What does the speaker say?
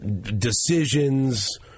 decisions